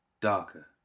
Darker